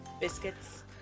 biscuits